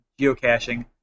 geocaching